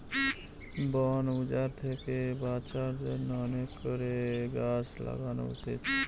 বন উজাড় থেকে বাঁচার জন্য অনেক করে গাছ লাগানো উচিত